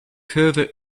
further